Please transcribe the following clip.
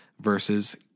versus